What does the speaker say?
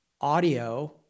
audio